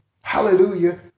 Hallelujah